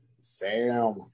Sam